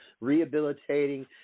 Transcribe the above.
rehabilitating